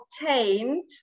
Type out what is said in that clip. obtained